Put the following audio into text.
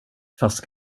fast